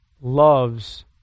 loves